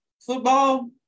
football